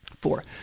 four